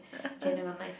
k never mind